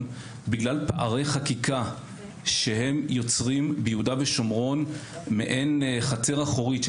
בגלל פערי חקיקה שיוצרים ביהודה ושומרון מעין חצר אחורית של